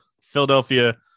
Philadelphia